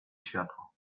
światło